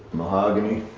mahogany.